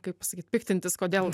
kaip pasakyt piktintis kodėl